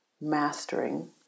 mastering